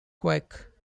quake